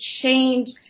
change